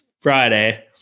Friday